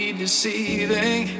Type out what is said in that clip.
deceiving